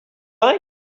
like